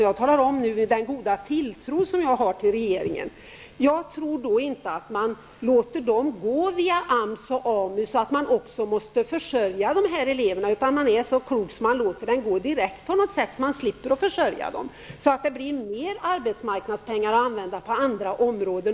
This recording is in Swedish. Jag talar om den goda tilltro som jag har till regeringen. Jag tror inte att man låter dessa elever gå via AMS och AMU, så att man måste försörja dem, utan man är nog så klok att man låter dem gå direkt på något sätt. Då slipper man försörja dem och det blir mer arbetsmarknadspengar att använda även på andra områden.